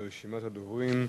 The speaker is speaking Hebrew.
ברשימת הדוברים,